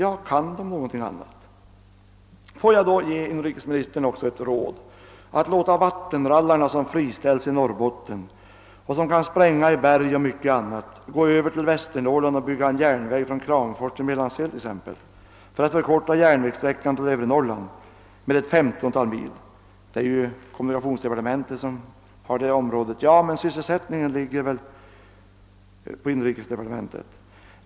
Ja, kan de göra någonting annat? Får jag ge inrikesministern ett råd, att låta vattenrallarna, som friställts i Norrbotten och som kan spränga i berg och mycket annat, gå över till Västernorrland och bygga en järnväg från Kramfors till Mellansel för att förkorta järnvägssträckan till övre Norrland med ett femtontal mil. Det är visserligen en fråga för kommunikationsdepartementet, men ärenden om sysselsättningen handlägges ju i inrikesdepartementet.